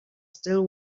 still